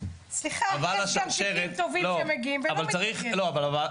אני מדבר על הפרקליטות הצבאית.